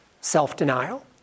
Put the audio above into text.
self-denial